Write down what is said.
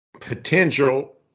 potential